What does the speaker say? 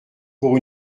pour